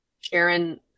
sharon